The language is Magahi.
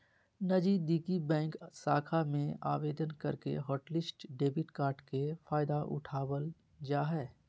नजीदीकि बैंक शाखा में आवेदन करके हॉटलिस्ट डेबिट कार्ड के फायदा उठाबल जा हय